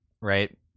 right